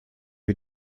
wir